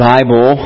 Bible